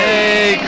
Hey